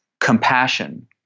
compassion